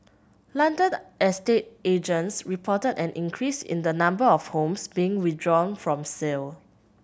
London estate agents reported an increase in the number of homes being withdrawn from sale